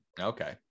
Okay